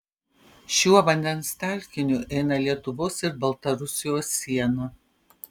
šiuo vandens telkiniu eina lietuvos ir baltarusijos siena